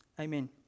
Amen